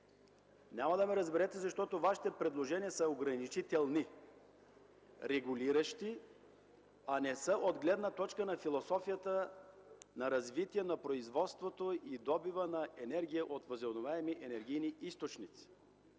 Няма да ме разберете, защото Вашите предложения са ограничителни, регулиращи, а не са от гледна точка на философията на развитие на производството и добива на енергия от възобновяеми енергийни източници.